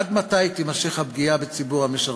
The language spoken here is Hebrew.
עד מתי תימשך הפגיעה בציבור המשרתים?